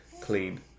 clean